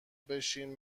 بشین